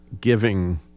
giving